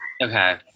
Okay